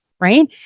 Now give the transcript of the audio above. Right